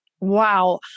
Wow